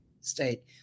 State